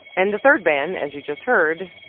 and the third ban, as you just heard,